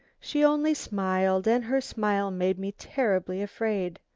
she only smiled and her smile made me terribly afraid.